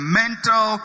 mental